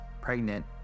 pregnant